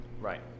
Right